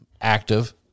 active